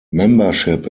membership